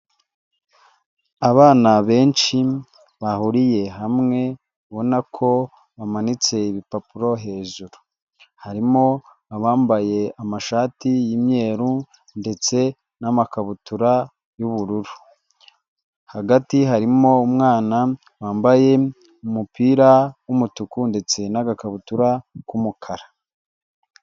Abana benshi bahuriye hamwe ubona ko bamanitse ibipapuro hejuru, harimo abambaye amashati y'imyeru ndetse n'amakabutura y'ubururu, hagati harimo umwana wambaye umupira w'umutuku ndetse n'agakabutura k'umukara.